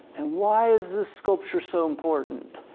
and why is this sculpture so important?